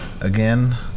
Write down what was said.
again